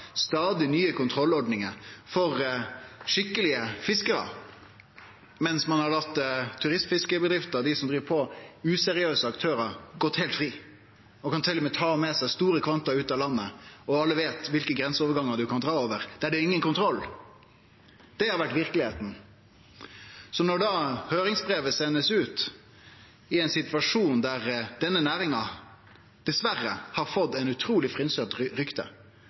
stadig nye kontrollordningar for skikkelege fiskarar, mens ein har latt turistfiskebedriftene og useriøse aktørar gå heilt fri. Dei kan til og med ta med seg store kvantum ut av landet – alle veit kva for grenseovergangar ein kan dra over, der det er ingen kontroll. Det har vore verkelegheita. Høyringsbrevet har blitt sendt ut i ein situasjon der denne næringa, dessverre, har fått eit utruleg frynsete rykte.